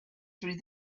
through